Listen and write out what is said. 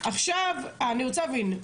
אני רוצה להבין.